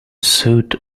suit